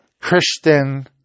Christian